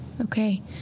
okay